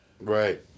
Right